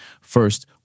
First